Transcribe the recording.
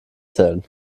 zählen